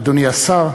אדוני השר,